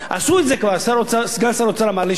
סגן שר האוצר אמר לי שעשו את זה לפני כמה שנים.